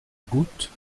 goutte